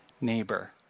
neighbor